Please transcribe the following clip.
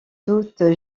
doute